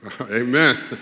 Amen